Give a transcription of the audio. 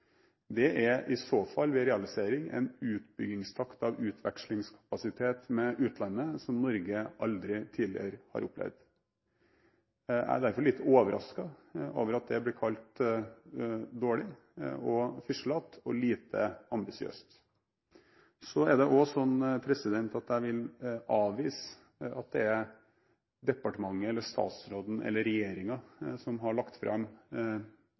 Det er i så fall, ved realisering, en utbyggingstakt av utvekslingskapasitet med utlandet som Norge aldri tidligere har opplevd. Jeg er derfor litt overrasket over at det blir kalt dårlig og «fislat» og lite ambisiøst. Så vil jeg også avvise at det er departementet, statsråden eller regjeringen som har lagt fram